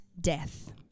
death